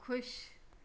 खु़शि